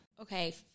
Okay